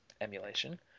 emulation